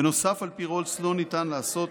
בנוסף, על פי רולס, לא ניתן לעשות